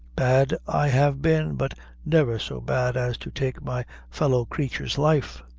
bad i have been, but never so bad as to take my fellow-crature's life.